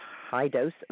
High-dose